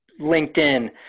LinkedIn